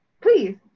please